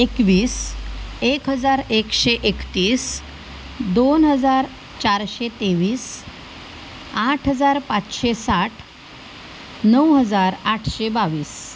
एकवीस एक हजार एकशे एकतीस दोन हजार चारशे तेवीस आठ हजार पाचशे साठ नऊ हजार आठशे बावीस